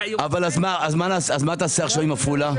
אז מה תעשה עם עפולה?